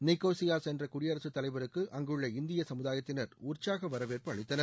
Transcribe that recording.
Nicosia சென்ற குடியரசுத் தலைவருக்கு அங்குள்ள இந்திய சமூதாயத்தினர் உற்சாக வரவேற்பு அளித்தனர்